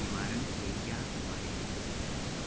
निवारण के क्या उपाय हैं?